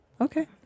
Okay